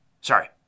Sorry